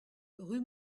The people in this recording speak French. rue